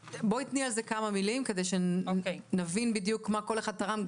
תאמרי על זה כמה מילים כדי שנבין בדיוק מה כל אחד תרם,